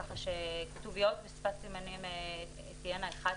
כך שכתוביות ושפת סימנים יהיו אחד,